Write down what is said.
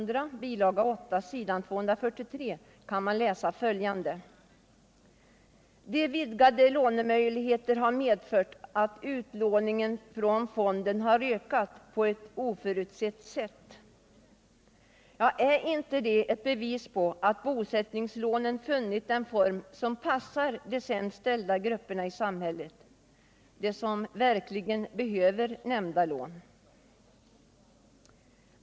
”De vidgade lånemöjligheterna har medfört att utlåningen från fonden ökat på ett oförutsett sätt.” Är inte det ett bevis på att bosättningslånen funnit den form som passar de sämst ställda grupperna i samhället, de som verkligen behöver nämnda lån?